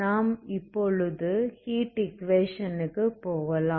நாம் இப்பொழுது heat equation க்கு போகலாம்